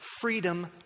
freedom